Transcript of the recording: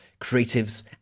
creatives